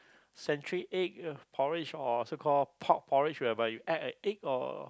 century egg porridge or so call pork porridge whereby you add a egg or